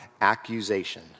accusation